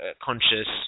conscious